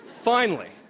finally,